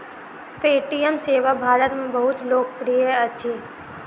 Paytm सेवा भारत में बहुत लोकप्रिय अछि